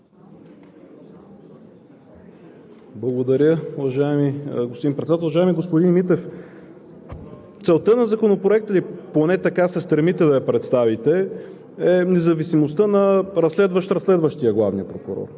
уважаеми господин Председател! Уважаеми господин Митев, целта на Законопроекта Ви, поне така се стремите да я представите, е независимостта на разследващ – разследващия главния прокурор,